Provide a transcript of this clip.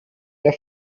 der